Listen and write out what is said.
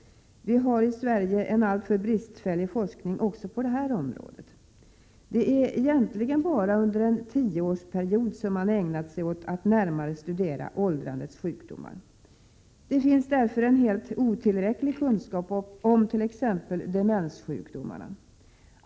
Vi har i Sverige en alltför bristfällig forskning också på det området. Det är egentligen bara under en tioårsperiod som man ägnat sig åt att närmare studera åldrandets sjukdomar. Det finns därför en helt otillräcklig kunskap om t.ex. demenssjukdomarna.